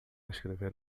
escrever